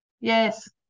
Yes